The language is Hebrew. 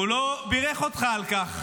והוא לא בירך אותך על כך.